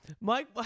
Mike